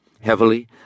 Heavily